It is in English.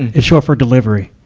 it's short for delivery.